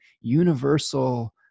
universal